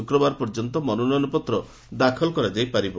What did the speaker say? ଶୁକ୍ରବାର ପର୍ଯ୍ୟନ୍ତ ମନୋନୟନପତ୍ର ଦାଖଲ କରାଯାଇ ପାରିବ